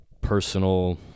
personal